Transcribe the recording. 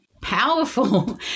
powerful